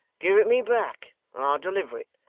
give it me back, and i'll deliver it.